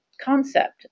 concept